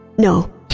No